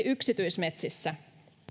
yksityismetsissä